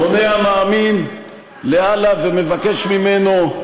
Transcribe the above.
פונה המאמין לאללה ומבקש ממנו: